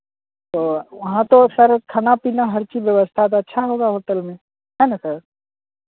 तो वहाँ तो सर खाना पीना हर चीज़ व्यवस्था तो अच्छा होगा होटल में है ना सर